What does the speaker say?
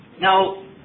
Now